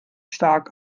stark